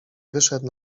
wyszedł